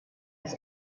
als